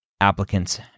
applicants